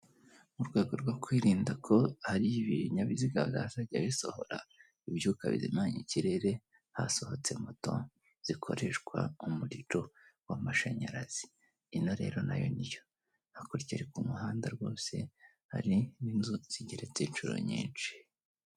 Mu rwego rwo kwirinda ko hari ibinyabiziga byazajya bisohora ibyuka bihumanya ikirere, hasohotse moto zikoreshwa n'umuriro w'amashanyarazi, ino rero na yo niyo, hakurya iri ku muhanda rwose, hari n'inzu zigeretse inshuro nyinshi.